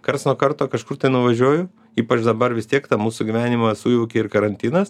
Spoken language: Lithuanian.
karts nuo karto kažkur tai nuvažiuoju ypač dabar vis tiek tą mūsų gyvenimą sujaukė ir karantinas